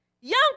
Young